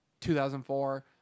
2004